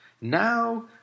now